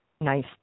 nice